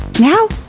Now